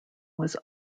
was